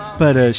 para